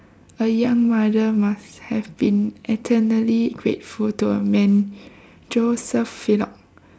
a young mother must have been eternally grateful to a man joseph filok